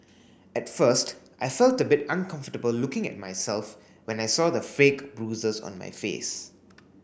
at first I felt a bit uncomfortable looking at myself when I saw the fake bruises on my face